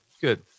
good